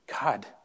God